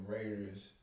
Raiders